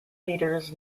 leaders